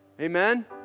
Amen